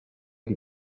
qui